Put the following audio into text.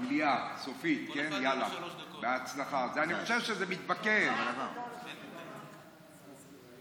ההצעה לכלול את הנושא בסדר-היום של הכנסת נתקבלה.